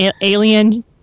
alien